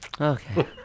okay